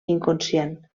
inconscient